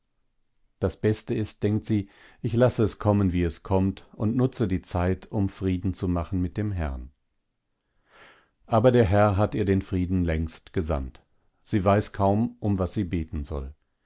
das beste ist denkt sie ich lasse es kommen wie es kommt und nutze die zeit um frieden zu machen mit dem herrn aber der herr hat ihr den frieden längst gesandt sie weiß kaum um was sie beten soll